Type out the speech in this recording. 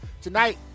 tonight